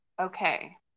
Okay